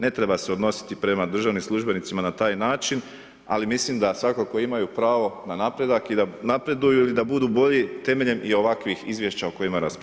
Ne treba se odnositi prema državnim službenicima na taj način, ali mislim da svakako imaju pravo na napredak i da napreduju i da budu bolji temeljem i ovakvih izvješća o kojima raspravljamo.